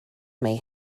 may